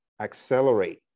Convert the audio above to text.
accelerate